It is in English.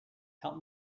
help